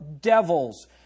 devils